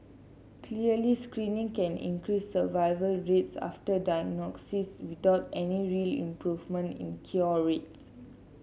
clearly screening can increase survival rates after diagnosis without any real improvement in cure rates